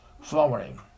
flowering